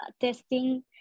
testing